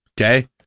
Okay